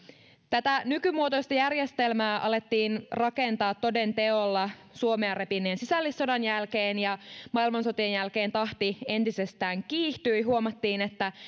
tätä nykymuotoista järjestelmää alettiin rakentaa toden teolla suomea repineen sisällissodan jälkeen ja maailmansotien jälkeen tahti entisestään kiihtyi huomattiin että